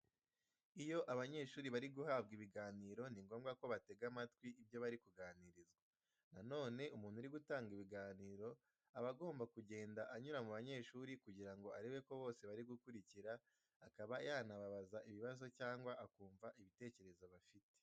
Iyo abanyeshuri bari guhabwa ibiganiro ni ngombwa ko batega amatwi ibyo bari kuganirizwa. Na none umuntu uri gutanga ibiganiro aba agomba kugenda anyura mu banyeshuri kugira ngo arebe ko bose bari gukurikira, akaba yanababaza ibibazo cyangwa akumva ibitekerezo bafite.